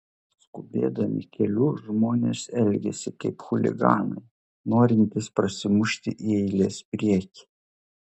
skubėdami keliu žmonės elgiasi kaip chuliganai norintys prasimušti į eilės priekį